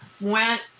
went